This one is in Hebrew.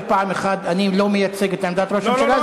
פעם אחת: אני לא מייצג את עמדת הממשלה,